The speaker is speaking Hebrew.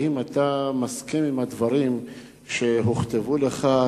האם אתה מסכים עם הדברים שהוכתבו לך?